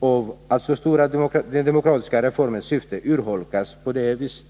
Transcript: av att den stora demokratiska reformens syfte urholkas på det viset?